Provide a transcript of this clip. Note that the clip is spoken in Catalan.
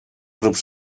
grups